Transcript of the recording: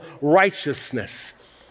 righteousness